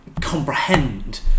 comprehend